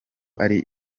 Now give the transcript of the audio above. ari